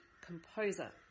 composer